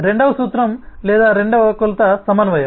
రెండవ సూత్రం లేదా రెండవ కొలత సమన్వయం